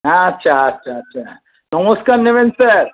হ্যাঁ আচ্ছা আচ্ছা নমস্কার নেবেন স্যার